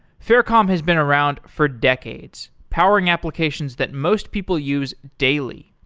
faircom has been around for decades powering applications that most people use daily.